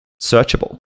searchable